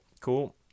cool